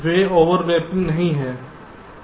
वे overlapping नहीं हैं